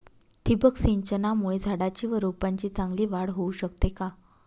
ठिबक सिंचनामुळे झाडाची व रोपांची चांगली वाढ होऊ शकते का?